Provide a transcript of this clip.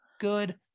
good